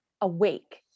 awake